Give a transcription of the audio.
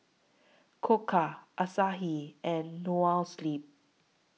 Koka Asahi and Noa Sleep